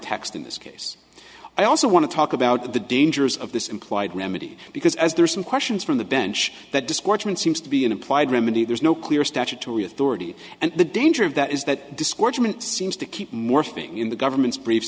text in this case i also want to talk about the dangers of this implied remedy because as there are some questions from the bench that discouragement seems to be an implied remedy there's no clear statutory authority and the danger of that is that discouragement seems to keep more thing in the government's br